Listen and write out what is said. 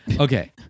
Okay